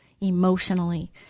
emotionally